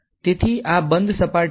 તેથી તેથી આ બંધ સપાટી અહીં છે